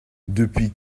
depuis